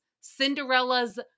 Cinderella's